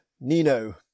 Nino